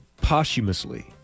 posthumously